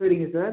சரிங்க சார்